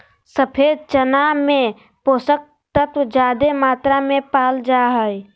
सफ़ेद चना में पोषक तत्व ज्यादे मात्रा में पाल जा हइ